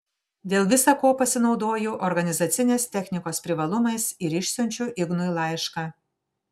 dėl visa ko pasinaudoju organizacinės technikos privalumais ir išsiunčiu ignui laišką